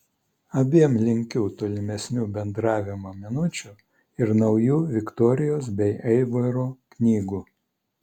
abiem linkiu tolimesnių bendravimo minučių ir naujų viktorijos bei aivaro knygų